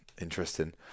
Interesting